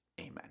Amen